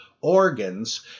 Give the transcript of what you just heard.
organs